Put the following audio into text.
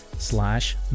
slash